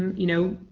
um you know,